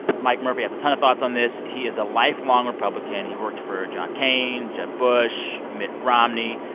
mike murphy has a ton of thoughts on this. he is a lifelong republican. he worked for john cain, jeb bush, mitt romney.